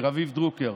מרביב דרוקר,